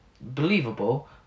Believable